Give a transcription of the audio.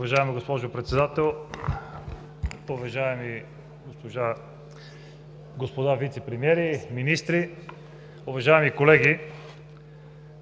Уважаеми господин Председател, уважаеми господа вицепремиери, министри, уважаеми колеги!